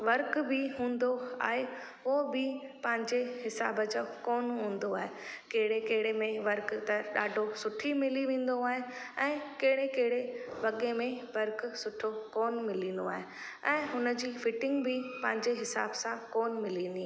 work बि हूंदो आहे उहो बि पंहिंजे हिसाब जो कोन हूंदो आहे कहिड़े कहिड़े में वर्क त ॾाढो सुठी मिली वेंदो आहे ऐं कहिड़े कहिड़े वॻे में वर्क सुठो कोन मिलंदो आहे ऐं हुन जी फिटींग बि पंहिंजे हिसाब सां कोन मिलंदी आहे